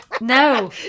No